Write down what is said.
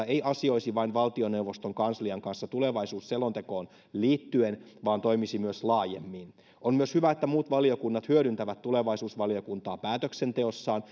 ei asioisi vain valtioneuvoston kanslian kanssa tulevaisuusselontekoon liittyen vaan toimisi myös laajemmin on myös hyvä että muut valiokunnat hyödyntävät tulevaisuusvaliokuntaa päätöksenteossaan